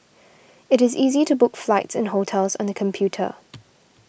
it is easy to book flights and hotels on the computer